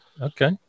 okay